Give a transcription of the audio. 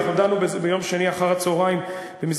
אנחנו דנו בזה ביום שני אחר-הצהריים במסגרת